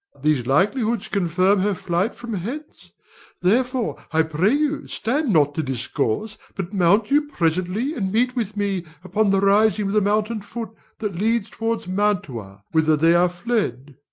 these likelihoods confirm her flight from hence therefore, i pray you, stand not to discourse, but mount you presently, and meet with me upon the rising of the mountain foot that leads toward mantua, whither they are fled.